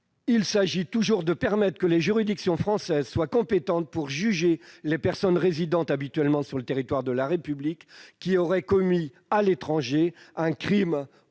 Il s'agit toujours de permettre que les juridictions françaises soient compétentes pour juger les personnes résidant habituellement sur le territoire de la République qui auraient commis, à l'étranger, un crime